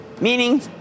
meaning